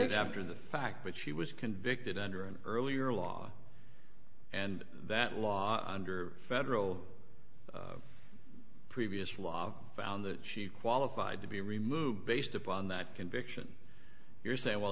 decade after the fact but she was convicted under an earlier law and that law under federal previous law found that she qualified to be removed based upon that conviction you're saying well